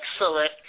excellent